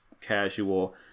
casual